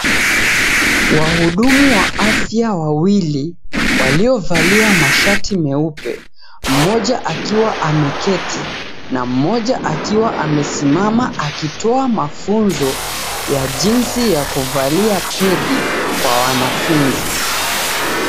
Wahudumu wa afya wawili waliovalia mashati meupe mmoja akiwa ameketi na mmoja akiwa amesimama akitoa mafunzo ya jinsi ya kuvalia pedi kwa wanafunzi.